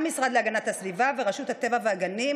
המשרד להגנת הסביבה ורשות הטבע והגנים,